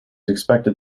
expected